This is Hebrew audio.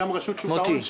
צוינה גם רשות שוק ההון,